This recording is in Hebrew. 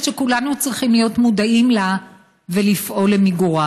שכולנו צריכים להיות מודעים לה ולפעול למיגורה: